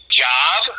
job